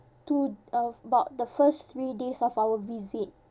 two uh about the first three days of our visit